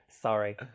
Sorry